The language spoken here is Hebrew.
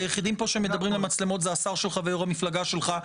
היחידים פה שמדברים למצלמות זה השר שלך וחבר המפלגה שלך,